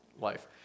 life